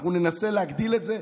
אנחנו ננסה להגדיל את זה.